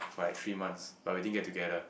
for like three months but we didn't get together